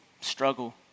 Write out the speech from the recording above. struggle